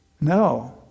No